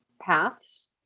paths